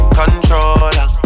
controller